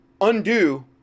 undo